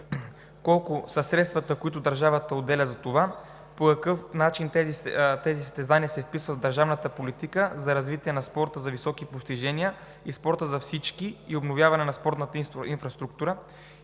колко са средствата, които държавата отделя за това, по какъв начин тези състезания се вписват в държавната политика за развитие на спорта за високи постижения и спорта за всички, за обновяване на спортната инфраструктура,